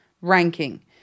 ranking